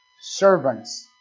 servants